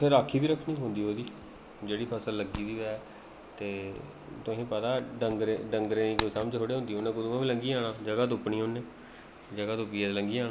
फ्ही राक्खी बी रक्खनी पौंदी ओह्दी जेह्ड़ी फसल लग्गी दी होऐ ते तुसें ई पता डंगरें गी डंगरें ई कोई समझ थोह्ड़ी होंदी उ'नें कुतै बी लंघी जाना जगह् तुप्पनी उ'नें जगह् तुप्पनी ते लंघी जाना